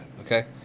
Okay